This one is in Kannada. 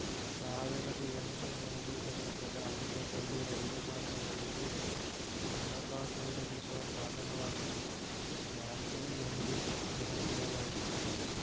ಸಾವಿರದ ಎಂಟು ನೂರು ದಶಕದ ಅಂತ್ಯದಲ್ಲಿ ರೈಲು ಮಾರ್ಗಗಳಿಗೆ ಹಣಕಾಸು ಒದಗಿಸುವ ಸಾಧನವಾಗಿ ಮಾರ್ಜಿನ್ ಲೆಂಡಿಂಗ್ ಜನಪ್ರಿಯವಾಯಿತು